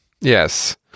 Yes